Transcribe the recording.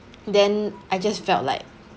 then I just felt like